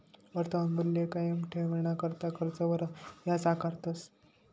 वर्तमान मूल्य कायम ठेवाणाकरता कर्जवर याज आकारतस